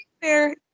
fair